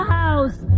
house